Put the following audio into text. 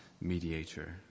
mediator